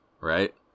right